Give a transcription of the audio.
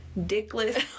dickless